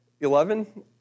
eleven